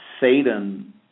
Satan